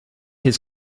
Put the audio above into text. his